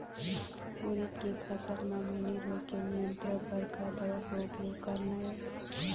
उरीद के फसल म मैनी रोग के नियंत्रण बर का दवा के उपयोग करना ये?